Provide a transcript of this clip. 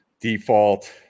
default